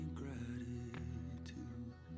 gratitude